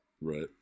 Right